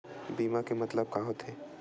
बीमा के मतलब का होथे?